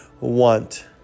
want